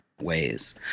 ways